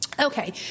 Okay